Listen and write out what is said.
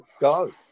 go